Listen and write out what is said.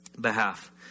behalf